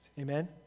Amen